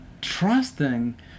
trusting